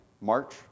march